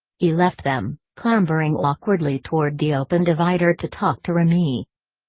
he left them, clambering awkwardly toward the open divider to talk to remy.